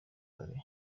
kare